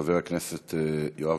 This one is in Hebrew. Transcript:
מתקפה חסרת תקדים של נציגים ערבים,